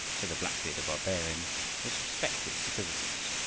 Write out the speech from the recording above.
so the black-bearded barbarian was respected because of this.